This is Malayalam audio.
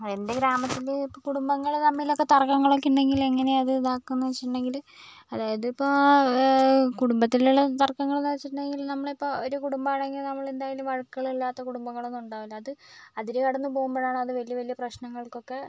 എൻ്റെ ഗ്രാമത്തിൽ ഇപ്പം കുടുംബങ്ങൾ തമ്മിലൊക്കെ തർക്കങ്ങളൊക്കെ ഉണ്ടെങ്കിൽ എങ്ങനെയാണ് അത് ഇതാക്കുകയെന്ന് വെച്ചിട്ടുണ്ടെങ്കിൽ അതായതിപ്പോൾ കുടുംബത്തിലുള്ള തർക്കങ്ങൾ എന്ന് വെച്ചിട്ടുണ്ടെങ്കിൽ നമ്മളിപ്പോൾ ഒരു കുടുംബാമാണെങ്കിൽ നമ്മൾ എന്തായാലും വഴക്കുകൾ ഇല്ലാത്ത കുടുംബങ്ങൾ ഒന്നും ഉണ്ടാകില്ല അത് അതിരു കടന്ന് പോകുമ്പോഴാണ് വലിയ വലിയ പ്രശ്നങ്ങൾക്കൊക്കെ